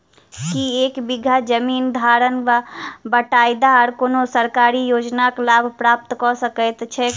की एक बीघा जमीन धारक वा बटाईदार कोनों सरकारी योजनाक लाभ प्राप्त कऽ सकैत छैक?